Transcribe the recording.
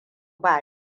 ba